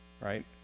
right